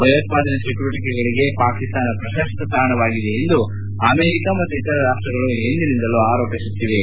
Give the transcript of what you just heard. ಭಯೋತ್ಪಾದನೆ ಚಟುವಟಿಕೆಗಳಿಗೆ ಪಾಕಿಸ್ತಾನ ಪ್ರಶಸ್ತ ತಾಣವಾಗಿದೆ ಎಂದು ಅಮೆರಿಕ ಮತ್ತು ಇತರ ರಾಷ್ಷಗಳು ಹಿಂದಿನಿಂದಲೂ ಆರೋಪಿಸುತ್ತಿವೆ